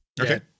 Okay